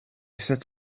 set